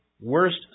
worst